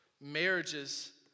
marriages